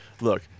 look